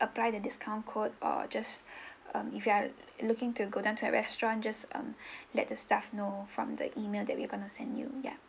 apply the discount code or just um if you are looking to go down to our restaurant just let the staff know from the email that we are gonna send you ya